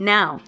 Now